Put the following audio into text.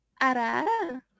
Ara